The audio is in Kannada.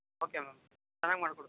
ಓಕೆ ಮ್ಯಾಮ್ ಚೆನ್ನಾಗಿ ಮಾಡ್ಕೊಡ್ತೀವಿ